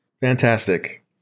Fantastic